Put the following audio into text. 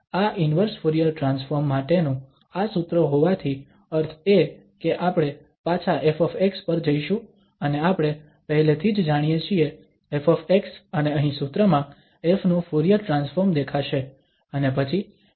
તો આ inverse Fourier transform માટેનું આ સૂત્ર હોવાથી અર્થ એ કે આપણે પાછા ƒ પર જઈશું અને આપણે પહેલેથી જ જાણીએ છીએ ƒ અને અહીં સૂત્રમાં ƒ નું ફુરીયર ટ્રાન્સફોર્મ દેખાશે અને પછી e iαx dα